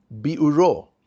biuro